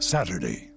Saturday